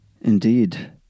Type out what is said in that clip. indeed